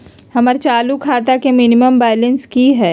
हमर चालू खाता के मिनिमम बैलेंस कि हई?